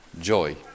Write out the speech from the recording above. joy